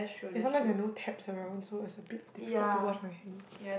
and sometimes there are no taps around so it's a bit difficult to wash my hands